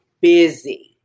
busy